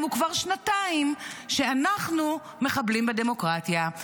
כבר שנתיים הוא שאנחנו מחבלים בדמוקרטיה,